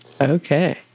Okay